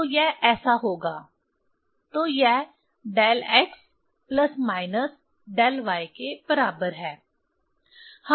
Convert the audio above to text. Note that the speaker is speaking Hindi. तो यह ऐसा होगा तो यह del x plus minus del y के बराबर है